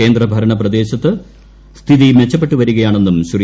കേന്ദ്രഭരണ പ്രദേശത്ത് സ്ഥിതി മെച്ചപ്പെട്ടു വരികയാണെന്നും ശ്രീ